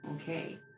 Okay